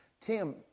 Tim